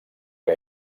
que